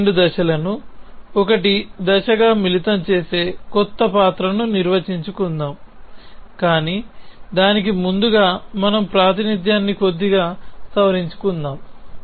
ఈ రెండు దశలను ఒకటి దశగా మిళితం చేసే క్రొత్త పాత్రను నిర్వచించుకుందాం కాని దానికి ముందుగా మన ప్రాతినిధ్యాన్ని కొద్దిగా సవరించుకుందాం